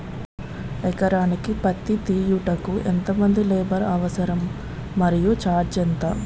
ఎకరానికి పత్తి తీయుటకు ఎంత మంది లేబర్ అవసరం? మరియు ఛార్జ్ ఎంత?